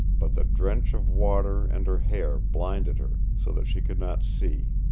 but the drench of water and her hair blinded her so that she could not see.